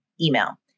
email